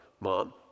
Mom